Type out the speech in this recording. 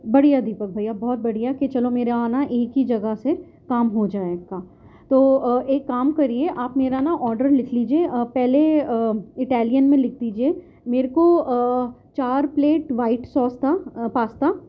بڑھیا ہے دیپک بھیا بہت بڑھیا ہے کہ چلو میرے یہاں نا ایک ہی جگہ سے کام ہو جائے گا تو ایک کام کریے آپ میرا نا آرڈر لکھ لیجیے پہلے اٹیلین میں لکھ دیجیے میرے کو چار پلیٹ وائٹ سوس کا پاستا